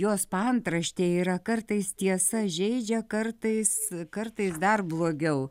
jos paantraštė yra kartais tiesa žeidžia kartais kartais dar blogiau